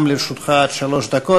גם לרשותך עד שלוש דקות.